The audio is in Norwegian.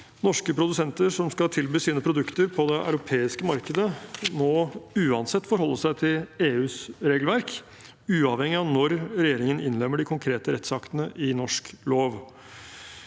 Norske produsenter som skal tilby sine produkter på det europeiske markedet, må uansett forholde seg til EUs regelverk, uavhengig av når regjeringen innlemmer de konkrete rettsaktene i norsk lov.